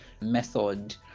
method